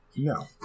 No